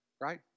Right